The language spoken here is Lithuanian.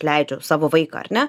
leidžiu savo vaiką ar ne